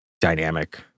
dynamic